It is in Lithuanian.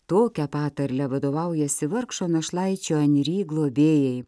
tokia patarle vadovaujasi vargšo našlaičio enri globėjai